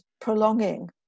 prolonging